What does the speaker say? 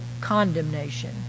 condemnation